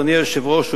אדוני היושב-ראש,